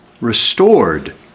restored